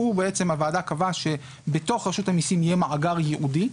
הוועדה קבעה שבתוך רשות המיסים יהיה מאגר ייעודי,